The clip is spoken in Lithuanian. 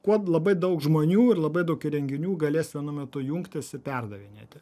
kuo labai daug žmonių ir labai daug įrenginių galės vienu metu jungtis i perdavinėti